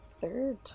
third